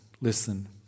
Listen